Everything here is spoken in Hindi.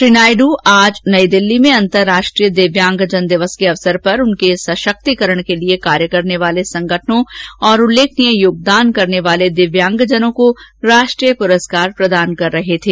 श्री नायडू आज नई दिल्ली में अंतरराष्ट्रीय दिव्यांगजन दिवस के अवसर पर उनके सशक्तिकरण के लिए कार्य करने वाले संगठनों और उल्लेखनीय योगदान करने वाले दिव्यांगजनों को राष्ट्रीय पुरस्कार प्रदान कर रहे थे